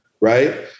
right